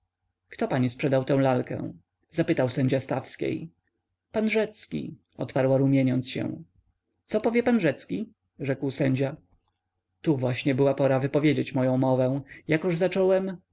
kto pani sprzedał tę lalkę zapytał sędzia stawskiej pan rzecki odparła rumieniąc się co powie pan rzecki rzekł sędzia tu właśnie była pora wypowiedzieć moję mowę jakoż zacząłem